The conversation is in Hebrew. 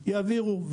יעבירו.